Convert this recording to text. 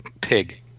pig